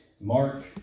Mark